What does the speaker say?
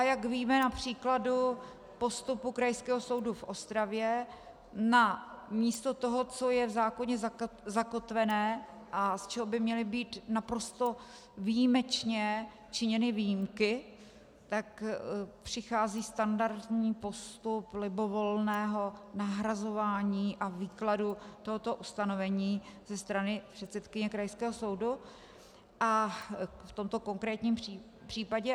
Jak víme na příkladu postupu Krajského soudu v Ostravě, místo toho, co je v zákoně zakotveno a z čeho by měly být naprosto výjimečně činěny výjimky, tak přichází standardní postup libovolného nahrazování a výkladu tohoto ustanovení ze strany předsedkyně krajského soudu v tomto konkrétním případě.